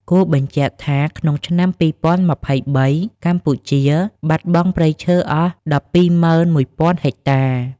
គួរបញ្ជាក់ថា ក្នុងឆ្នាំ២០២៣ កម្ពុជាបាត់បង់ព្រៃឈើអស់១២ម៉ឹន១ពាន់ហិកតា។